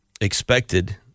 expected